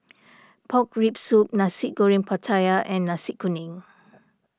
Pork Rib Soup Nasi Goreng Pattaya and Nasi Kuning